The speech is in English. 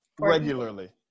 Regularly